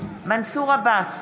מנסור עבאס,